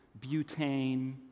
butane